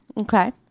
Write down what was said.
Okay